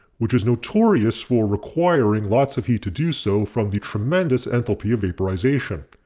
which is notorious for requiring lots of heat to do so from the tremendous enthalpy of vaporization.